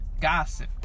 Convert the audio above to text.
Gossip